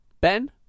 Ben